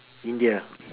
India